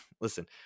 listen